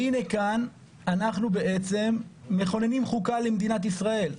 והינה כאן אנחנו בעצם מכוננים חוקה למדינת ישראל.